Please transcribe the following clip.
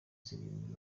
zirindwi